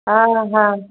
ହଁ ହଁ